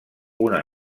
una